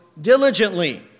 diligently